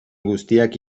guztiak